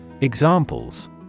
Examples